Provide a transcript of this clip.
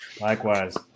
Likewise